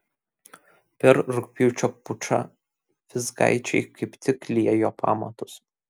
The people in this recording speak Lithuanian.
per rugpjūčio pučą vizgaičiai kaip tik liejo pamatus